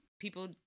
people